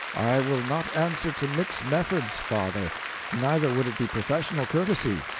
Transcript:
will not answer to mix methods, father neither would it be professional courtesy.